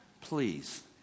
Please